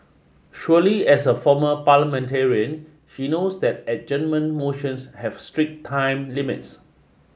surely as a former parliamentarian he knows that adjournment motions have strict time limits